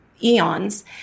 eons